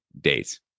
dates